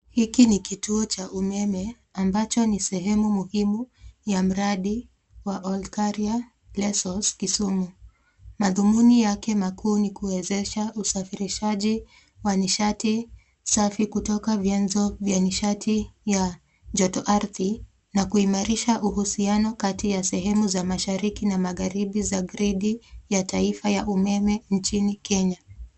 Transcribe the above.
Hiki ni kituo cha umeme, ambacho ni sehemu muhimu ya mradi wa Ol- Karia Lesos Kisumu. Mathumuni yake makuu ni kuwezesha usafirishaji wa nishati safi kutoka vyanzo vya nishati ya joto ardhi na kuimarisha uhusiano kati ya sehemu za mashariki na magharibi za gredi ya taifa ya umeme nchini Kenya.